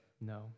No